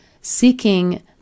Seeking